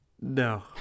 No